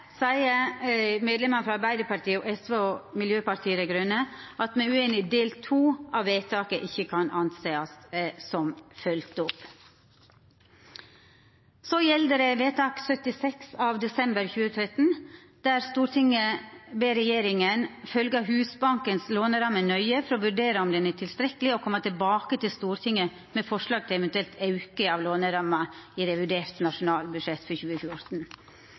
seier medlemmene frå Arbeidarpartiet, SV og Miljøpartiet Dei Grøne at me er ueinige i at del 2 av vedtaket er følgd opp. Så gjeld det vedtak nr. 76 av desember 2013: «Stortinget ber regjeringen følge Husbankens låneramme nøye for å vurdere om den er tilstrekkelig, og komme tilbake til Stortinget med forslag til en eventuell økning av lånerammen i revidert nasjonalbudsjett for 2014.»